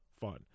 fun